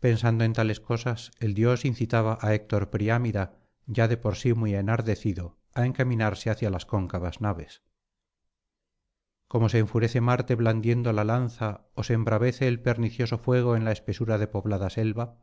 pensando en tales cosas el dios incitaba á héctor priámida ya de por sí muy enardecido á encaminarse hacia las cóncavas naves como se enfufece marte blandiendo la lanza ó se embravece el pernicioso fuego en la espesura de poblada selva